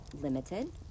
limited